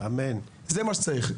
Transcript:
זה מה שצריך.